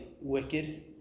wicked